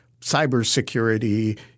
cybersecurity